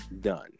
done